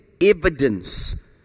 evidence